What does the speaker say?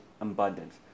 abundance